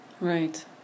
Right